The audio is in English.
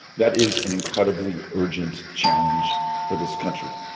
that is an incredibly urgent challenge for this country.